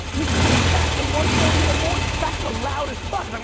you sent me a fax at one forty in the morning. fax are loud as fuck.